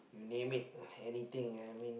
name it anything I mean